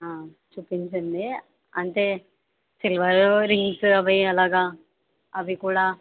చూపించండీ అంటే silver rings అవి అలాగ అవి కూడా